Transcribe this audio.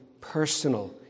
personal